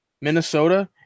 Minnesota